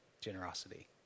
generosity